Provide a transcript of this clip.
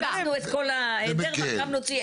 --- את כל העדר ועכשיו נוציא עז.